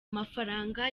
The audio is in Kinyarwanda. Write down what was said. amafaranga